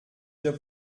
déjà